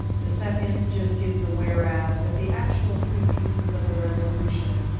the second just gives the whereas. but the actual three pieces of the resolution,